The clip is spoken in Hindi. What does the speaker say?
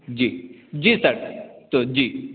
जी जी सर तो जी